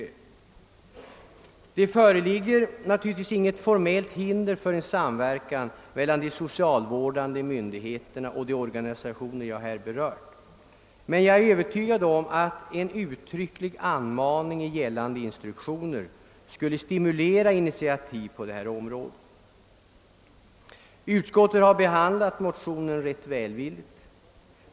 För närvarande föreligger det inget formellt hinder för en samverkan mellan de socialvårdande myndigheterna och de organisationer som jag har berört. Jag är dock övertygad om att en uttrycklig uppmaning i gällande instruktioner skulle stimulera initiativ på detta område. Utskottet har behandlat motionen ganska välvilligt.